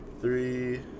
Three